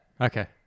Okay